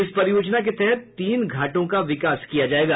इस परियोजना के तहत तीन घाटों का विकास किया जायेगा